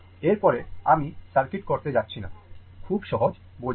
এর পরে আমি সার্কিট করতে যাচ্ছি না খুব সহজ বোঝা যায়